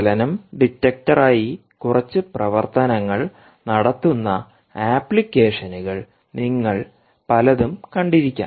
ചലനം ഡിറ്റക്ടറായി കുറച്ച് പ്രവർത്തനങ്ങൾ നടത്തുന്ന അപ്ലിക്കേഷനുകൾ നിങ്ങൾ പലതും കണ്ടിരിക്കാം